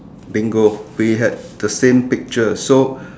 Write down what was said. bingo we had the same picture so